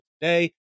today